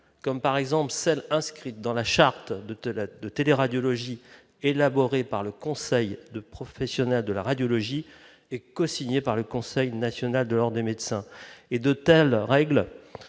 comme par exemple celles inscrites dans la charte de la de télé radiologie élaboré par le Conseil de professionnels de la radiologie et cosignée par le Conseil national de l'Ordre des médecins et de telles règles.